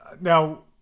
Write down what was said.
now